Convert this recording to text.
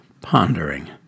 pondering